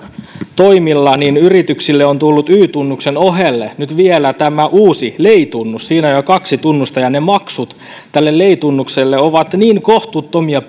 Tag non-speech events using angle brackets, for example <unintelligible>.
toimilla yrityksille on tullut y tunnuksen ohelle nyt vielä tämä uusi lei tunnus siinä on jo kaksi tunnusta ja ne maksut tästä lei tunnuksesta ovat niin kohtuuttomia <unintelligible>